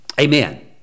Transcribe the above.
Amen